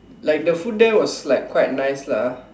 like the food there is quite nice lah